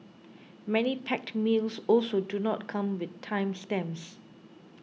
many packed meals also do not come with time stamps